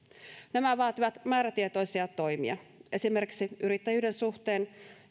nämä vaativat määrätietoisia toimia esimerkiksi yrittäjyyden suhteen